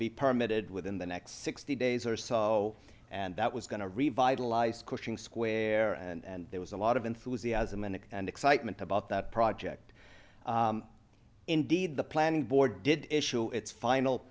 be permitted within the next sixty days or so and that was going to revitalize squishing square and there was a lot of enthusiasm and excitement about that project indeed the planning board did issue its final